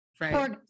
right